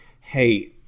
hey